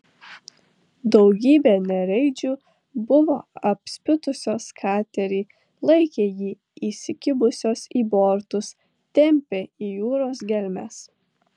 daugybė nereidžių buvo apspitusios katerį laikė jį įsikibusios į bortus tempė į jūros gelmes